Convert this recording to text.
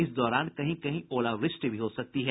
इस दौरान कहीं कहीं ओलावृष्टि भी हो सकती है